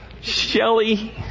Shelly